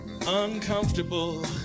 Uncomfortable